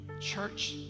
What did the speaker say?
Church